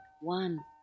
one